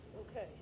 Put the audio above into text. Okay